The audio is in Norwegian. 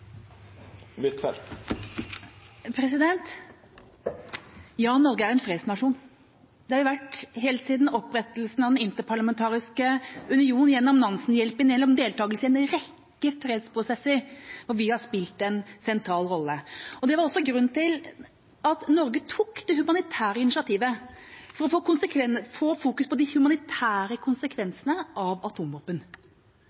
balansen. Ja, Norge er en fredsnasjon. Det har vi vært helt siden opprettelsen av Den interparlamentariske union, gjennom Nansenhjelpen og gjennom deltakelse i en rekke fredsprosesser – og vi har spilt en sentral rolle. Det var også grunnen til at Norge tok det humanitære initiativet: for å fokusere på de humanitære